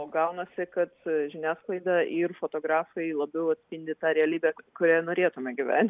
o gaunasi kad žiniasklaida ir fotografai labiau atspindi tą realybę kurioje norėtume gyventi